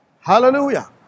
Hallelujah